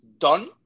done